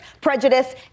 prejudice